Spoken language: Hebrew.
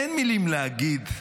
אין מילים להגיד,